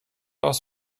aus